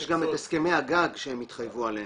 יש גם את הסכמי הגג שהם התחייבו עליהם,